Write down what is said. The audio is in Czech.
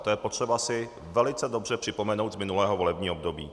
To je potřeba si velice dobře připomenout z minulého volebního období.